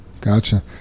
Gotcha